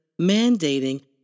mandating